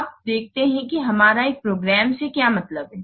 अब देखते हैं कि हमारा एक प्रोग्राम से क्या मतलब है